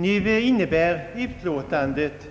Nu innebär utlåtandet